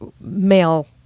male